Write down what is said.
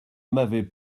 m’avez